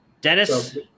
Dennis